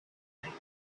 bright